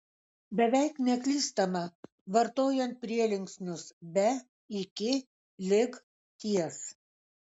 beveik neklystama vartojant prielinksnius be iki lig ties